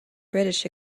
british